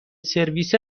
سرویس